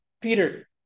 Peter